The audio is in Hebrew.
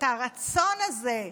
את הרצון הזה,